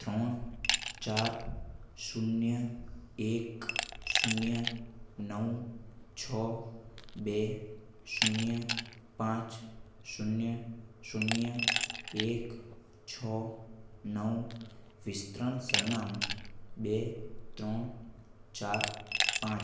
ત્રણ ચાર શૂન્ય એક શૂન્ય નવ છ બે શૂન્ય પાંચ શૂન્ય શૂન્ય એક છ નવ વિતરણ સરનામું બે ત્રણ ચાર પાંચ